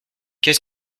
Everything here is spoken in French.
qu’est